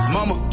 Mama